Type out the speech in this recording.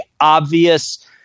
obvious